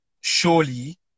surely